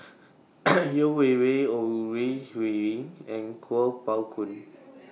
Yeo Wei Wei Ore Huiying and Kuo Pao Kun